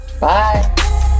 bye